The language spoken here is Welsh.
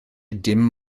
dim